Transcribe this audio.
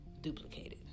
duplicated